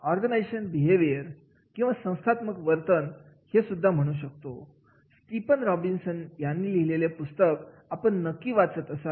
ओ B या विषयावर आधारित स्टीफन पी रोबिंस यांनी लिहिलेले पुस्तक आपण नक्कीच वाचला असेल